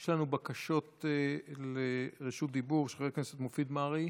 יש לנו בקשות לרשות דיבור של חבר הכנסת מופיד מרעי,